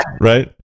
right